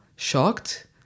Shocked